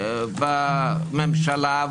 נמצא בממשלה,